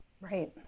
Right